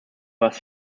was